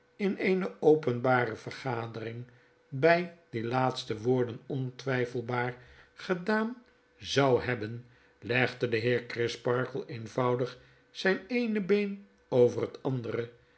in eene openbare vergadering bg die laatste woorden ontwgfelbaar gedaan zou hebben legdedeheer crisparkle eenvoudig zp eene been over zp andere